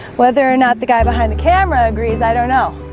whether or not the guy behind the camera agrees, i don't know